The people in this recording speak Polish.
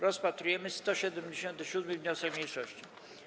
Rozpatrujemy 177. wniosek mniejszości.